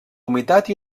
humitat